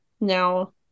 now